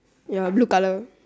ya blue colour